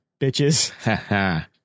bitches